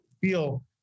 feel